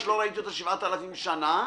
שלא ראיתי אותה שבעת אלפים שנה,